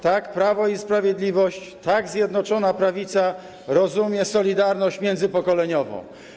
Tak my, Prawo i Sprawiedliwość, Zjednoczona Prawica, rozumiemy solidarność międzypokoleniową.